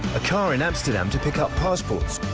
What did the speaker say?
a car in amsterdam to pick up passports.